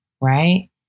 right